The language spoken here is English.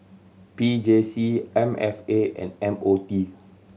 P J C M F A and M O T